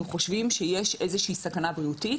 חושבים שיש איזו שהיא סכנה בריאותית.